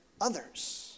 others